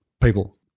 people